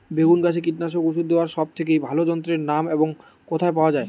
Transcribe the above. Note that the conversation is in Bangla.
বেগুন গাছে কীটনাশক ওষুধ দেওয়ার সব থেকে ভালো যন্ত্রের নাম কি এবং কোথায় পাওয়া যায়?